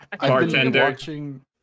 Bartender